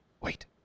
wait